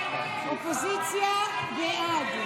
הסתייגות 147 לא נתקבלה.